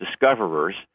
discoverers